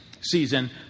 season